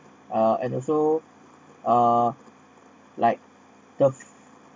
uh and also err like the